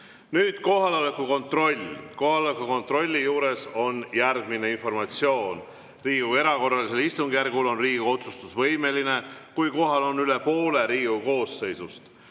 Kohaloleku kontrolli juures on järgmine informatsioon. Riigikogu erakorralisel istungjärgul on Riigikogu otsustusvõimeline, kui kohal on üle poole Riigikogu koosseisust.